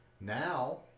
Now